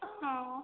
ஆ